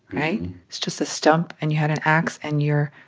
right? it's just a stump. and you had an ax. and you're